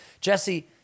Jesse